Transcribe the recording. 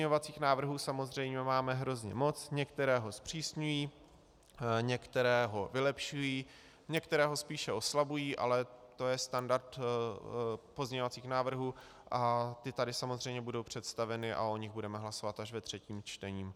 Pozměňovacích návrhů samozřejmě máme hrozně moc, některé ho zpřísňují, některé ho vylepšují, některé ho spíše oslabují, ale to je standard pozměňovacích návrhů a ty tady samozřejmě budou představeny a o nich budeme hlasovat až ve třetím čtení.